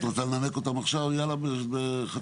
את רוצה לנמק אותן עכשיו או שאת מעדיפה שלא?